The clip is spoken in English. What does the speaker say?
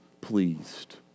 pleased